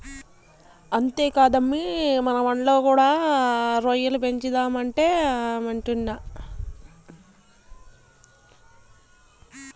అంతేకాదమ్మీ మన మడిలో కూడా రొయ్యల పెంచుదామంటాండా